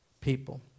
people